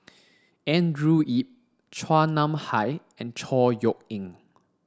Andrew Yip Chua Nam Hai and Chor Yeok Eng